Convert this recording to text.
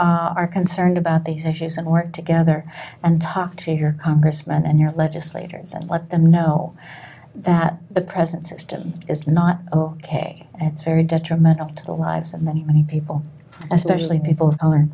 are concerned about these issues and work together and talk to your congressman and your legislators and let them know that the present system is not ok and it's very detrimental to the lives of many many people especially people